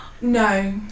No